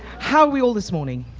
how are we all this morning?